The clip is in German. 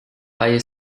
bei